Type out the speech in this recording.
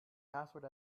password